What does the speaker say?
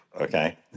okay